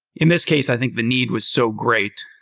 in this case i think the need was so great.